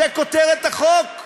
זו כותרת החוק,